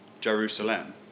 Jerusalem